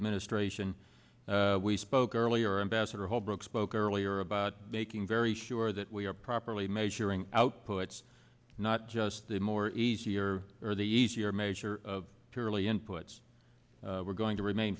administration we spoke earlier embassador holbrooke spoke earlier about making very sure that we are properly measuring outputs not just the more easier or the easier measure of purely inputs we're going to remain